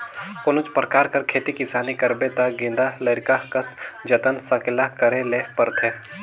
कोनोच परकार कर खेती किसानी करबे ता गेदा लरिका कस जतन संकेला करे ले परथे